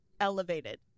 elevated